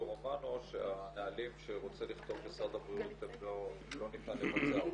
רומנו שהנהלים שרוצה לכתוב משרד הבריאות לא ניתן לבצע אותם.